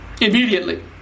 Immediately